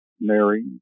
Mary